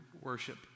worship